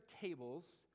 tables